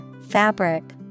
fabric